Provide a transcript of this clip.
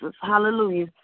Hallelujah